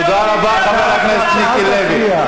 תודה רבה, חבר הכנסת מיקי לוי.